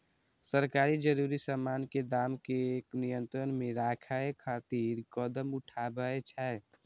सरकार जरूरी सामान के दाम कें नियंत्रण मे राखै खातिर कदम उठाबै छै